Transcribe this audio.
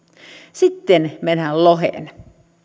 sitten mennään loheen